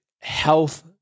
health